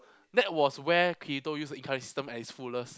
that was where Kirito use the incarnate system at its fullest